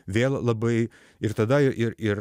vėl labai ir tada ir ir